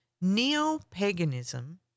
neo-paganism